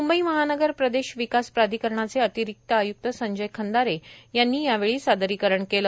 मुंबई महानगर प्रदेश विकास प्राधिकरणाचे अतिरिक्त आयुक्त संजय खंदारे यांनी यावेळी सादरीकरण केले